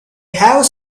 have